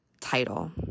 title